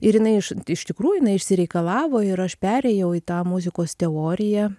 ir jinai iš iš tikrųjų jinai išsireikalavo ir aš perėjau į tą muzikos teoriją